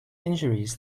injuries